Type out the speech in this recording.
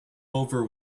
over